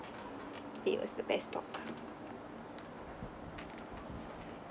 he was the best dog